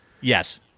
Yes